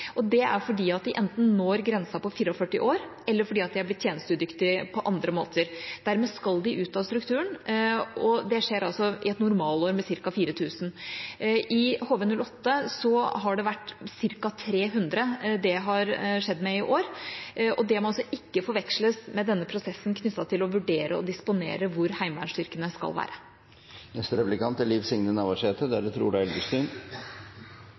Det er enten fordi de når grensen på 44 år eller fordi de har blitt tjenesteudyktige på andre måter, og dermed skal de ut av strukturen. Det skjer med ca. 4 000 i et normalår. I HV-08 har det skjedd med ca. 300 i år. Det må ikke forveksles med prosessen knyttet til å vurdere og disponere hvor heimevernsstyrkene skal være. Det er